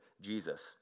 Jesus